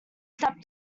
step